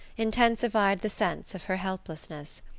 intensified the sense of her helplessness.